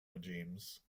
regimes